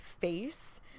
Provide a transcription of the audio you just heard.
face